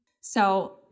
So-